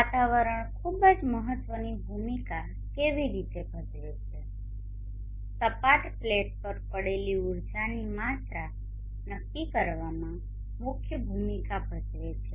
આપણું વાતાવરણ ખૂબ મહત્વની ભૂમિકા કેવી રીતે ભજવે છે સપાટ પ્લેટ પર પડેલી ઉર્જાની માત્રા નક્કી કરવામાં મુખ્ય ભૂમિકા ભજવે છે